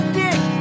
dick